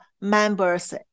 members